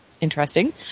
Interesting